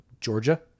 Georgia